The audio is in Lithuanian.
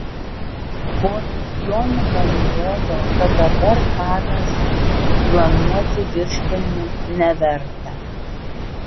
ponas jonika nurodo kad dabar karas ir planuoti viršpelnių neverta